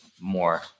more